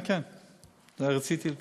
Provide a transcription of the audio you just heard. כן, כן, רציתי לתקן.